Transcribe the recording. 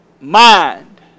mind